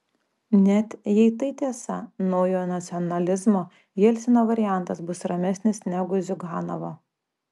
net jei tai tiesa naujojo nacionalizmo jelcino variantas bus ramesnis negu ziuganovo